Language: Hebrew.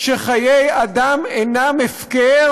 שחיי אדם אינם הפקר,